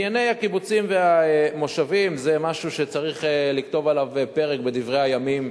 ענייני הקיבוצים והמושבים זה משהו שצריך לכתוב עליו פרק בדברי הימים